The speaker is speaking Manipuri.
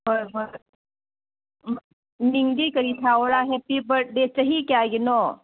ꯍꯣꯏ ꯍꯣꯏ ꯃꯤꯡꯗꯤ ꯀꯔꯤ ꯊꯥꯎꯔ ꯍꯦꯞꯄꯤ ꯕꯥꯔꯠꯗꯦ ꯆꯍꯤ ꯀꯌꯥꯒꯤꯅꯣ